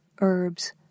herbs